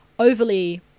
overly